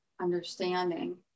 understanding